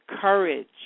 courage